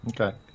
Okay